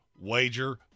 wager